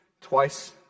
Twice